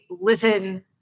listen